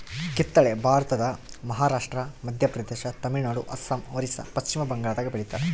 ಕಿತ್ತಳೆ ಭಾರತದ ಮಹಾರಾಷ್ಟ್ರ ಮಧ್ಯಪ್ರದೇಶ ತಮಿಳುನಾಡು ಅಸ್ಸಾಂ ಒರಿಸ್ಸಾ ಪಚ್ಚಿಮಬಂಗಾಳದಾಗ ಬೆಳಿತಾರ